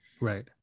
Right